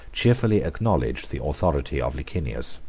cheerfully acknowledged the authority of licinius.